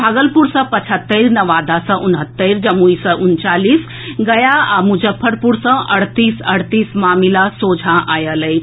भागलपुर सँ पचहत्तरि नवादा सँ उनहत्तरि जमुई सँ उनचालीस गया आ मुजफ्फरपुर सँ अड़तीस अड़तीस मामिला सोझां आयल अछि